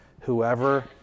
whoever